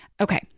Okay